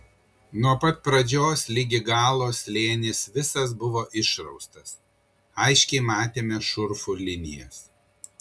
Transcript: nuo pat pradžios ligi galo slėnis visas buvo išraustas aiškiai matėme šurfų linijas